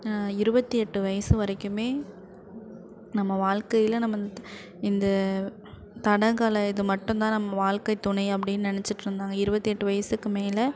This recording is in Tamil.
இருபத்தி எட்டு வயசு வரைக்கும் நம்ம வாழ்க்கையில நம்ம இந் இந்த தடகள இது மட்டும் தான் நம்ம வாழ்க்கைத்துணை அப்படின்னு நினச்சிட்ருந்தாங்க இருபத்தெட்டு வயசுக்கு மேலே